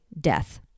death